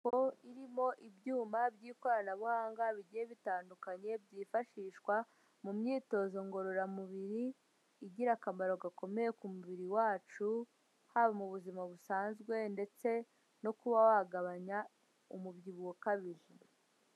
Inyubako irimo ibyuma by'ikoranabuhanga bigiye bitandukanye byifashishwa mu myitozo ngororamubiri, igira akamaro gakomeye ku mubiri wacu, haba mu buzima busanzwe ndetse no kuba wagabanya umubyibuho ukabije.